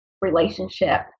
relationship